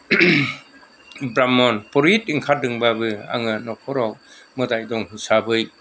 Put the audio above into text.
ब्राह्मन पुरुहित ओंखारदोंबाबो आङो न'खराव मोदाय दं हिसाबै